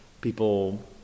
people